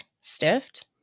stiffed